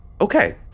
okay